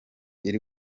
iri